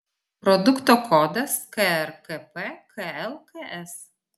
produkto kodas krkp klks